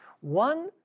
One